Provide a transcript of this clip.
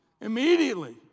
Immediately